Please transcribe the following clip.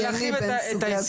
כן, להרחיב את ההסכם.